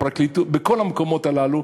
הפרקליטות וכל המקומות הללו.